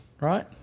right